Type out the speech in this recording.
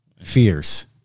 fears